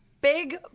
big